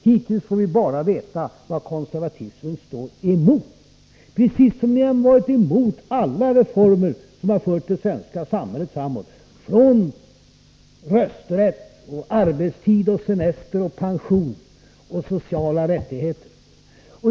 Hittills har vi bara fått veta vad konservatismen är emot, på samma sätt som ni varit emot alla reformer som fört det svenska samhället framåt, alltifrån rösträtt, arbetstid, semester, pensioner och sociala rättigheter.